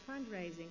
fundraising